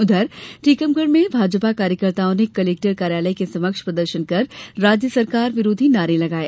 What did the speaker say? उधर टीकमगढ़ में भाजपा कार्यकर्ताओं ने कलेक्टर कार्यालय के समक्ष प्रदर्शन कर राज्य सरकार विरोधी नारे लगाये